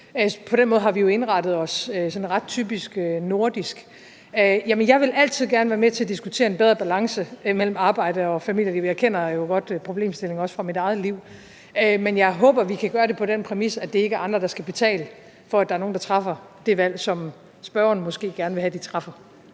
På den måde har vi jo indrettet os ret typisk nordisk. Jeg vil altid gerne være med til at diskutere en bedre balance mellem arbejde og familieliv. Jeg kender jo godt problemstillingen, også fra mit eget liv. Men jeg håber, vi kan gøre det på den præmis, at det ikke er andre, der skal betale for, at der er nogle, der træffer det valg, som spørgeren måske gerne vil have at de træffer.